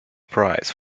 prize